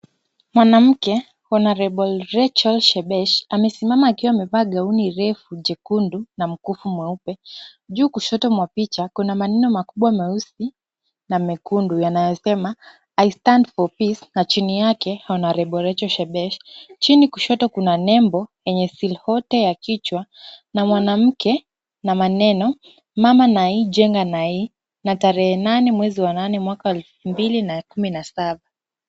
Mwanamke, honorable Rachel Shebesh amesimama akiwa amevaa gauni refu jekundu na mkufu mweupe. Juu kushoto mwa picha kuna maneno makubwa meusi na mekundu yanayosema I stand for peace na chini yake honorable Rachel Shebesh. Chini kushoto kuna nembo yenye silhouette ya kichwa na mwanamke na maneno mama Nai, jenga Nai na tarehe nane mwezi wa nane mwaka wa elfu mbili na kumi na saba.